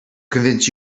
convince